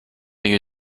you